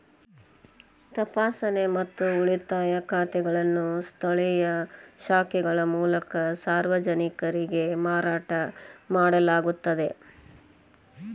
ತಪಾಸಣೆ ಮತ್ತು ಉಳಿತಾಯ ಖಾತೆಗಳನ್ನು ಸ್ಥಳೇಯ ಶಾಖೆಗಳ ಮೂಲಕ ಸಾರ್ವಜನಿಕರಿಗೆ ಮಾರಾಟ ಮಾಡಲಾಗುತ್ತದ